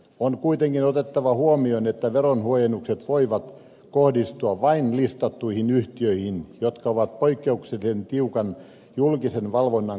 on kuitenkin otettava huomioon että veronhuojennukset voivat kohdistua vain listattuihin yhtiöihin jotka ovat poikkeuksellisen tiukan julkisen valvonnan kohteena